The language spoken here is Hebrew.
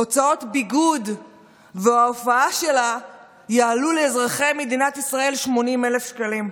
הוצאות הביגוד וההופעה שלה יעלו לאזרחי מדינת ישראל 80,000 שקלים,